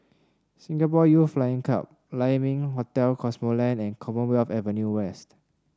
Singapore Youth Flying Club Lai Ming Hotel Cosmoland and Commonwealth Avenue West